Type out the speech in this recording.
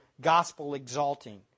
gospel-exalting